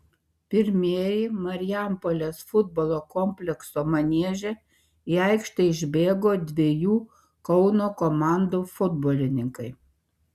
pirmieji marijampolės futbolo komplekso manieže į aikštę išbėgo dviejų kauno komandų futbolininkai